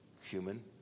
human